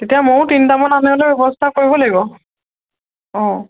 তেতিয়া ময়ো তিনিটামান আনিবলৈ ব্যৱস্থা কৰিব লাগিব অঁ